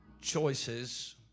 Choices